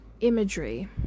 imagery